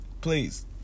Please